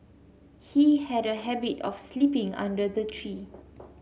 he had a habit of sleeping under the tree